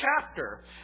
chapter